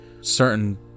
certain